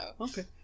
okay